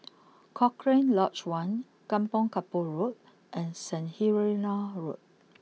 Cochrane Lodge one Kampong Kapor Road and Saint Helena Road